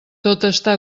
està